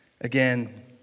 Again